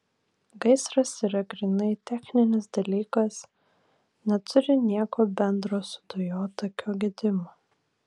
gaisras yra grynai techninis dalykas neturi nieko bendro su dujotakio gedimu